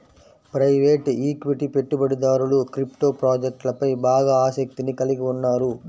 private equity పెట్టుబడిదారులు crypto ప్రాజెక్ట్లపై బాగా ఆసక్తిని కలిగి ఉన్నారు